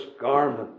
garment